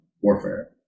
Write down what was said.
warfare